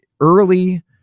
early